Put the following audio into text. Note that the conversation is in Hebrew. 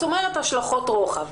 את אומרת השלכות רוחב.